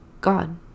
God